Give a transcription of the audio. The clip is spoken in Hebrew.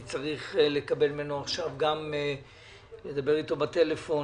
אני צריך לדבר אתו בטלפון,